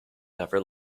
never